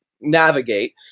navigate